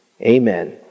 amen